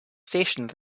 stationed